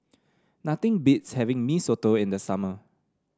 nothing beats having Mee Soto in the summer